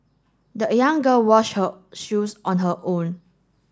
the young girl wash her shoes on her own